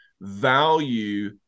value